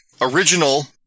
original